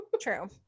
true